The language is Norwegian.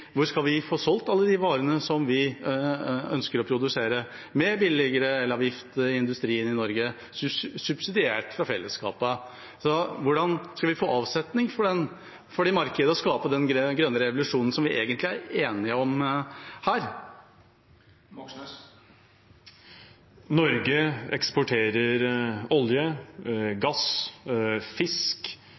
Hvor skal vi få solgt alle de varene som vi ønsker å produsere, med billigere elavgift for industrien i Norge, subsidiert av fellesskapet? Hvordan skal vi få avsetning på markedet og skape den grønne revolusjonen som vi egentlig er enige om her? Norge eksporterer olje, gass, fisk